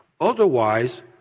Otherwise